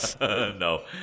No